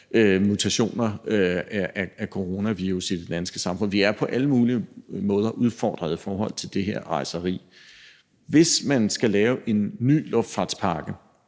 mutationer af coronavirus i det danske samfund. Vi er på alle mulige måder udfordret i forhold til det her rejseri. Hvis man skal lave en ny luftfartspakke,